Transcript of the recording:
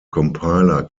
compiler